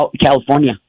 California